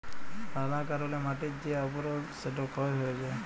লালা কারলে মাটির যে আবরল সেট ক্ষয় হঁয়ে যায়